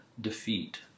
defeat